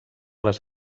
les